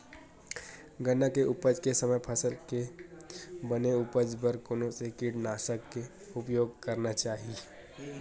गन्ना के उपज के समय फसल के बने उपज बर कोन से कीटनाशक के उपयोग करना चाहि?